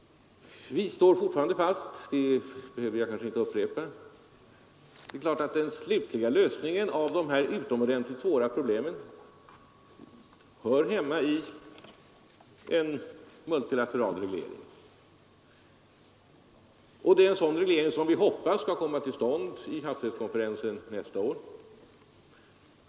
Vi står fortfarande fast — det behöver jag kanske inte upprepa — vid att den slutliga lösningen av dessa utomordentligt svåra problem hör hemma i en multilateral reglering. Det är en sådan reglering vi hoppas skall komma till stånd vid havsrättskonferensen nästa år.